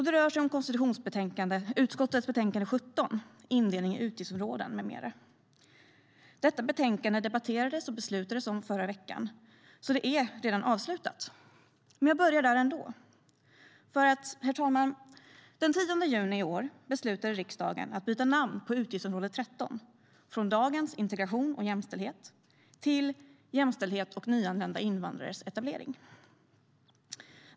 Det rör sig om konstitutionsutskottets betänkande 17, Indelning i utgiftsområden m.m. . Detta betänkande debatterades och beslutades om förra veckan, så det är redan avslutat. Men jag börjar där ändå. Herr talman! Den 10 juni i år beslutade riksdagen att byta namn på utgiftsområde 13, från dagens Integration och jämställdhet till Jämställdhet och nyanlända invandrares etablering .